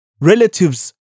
relatives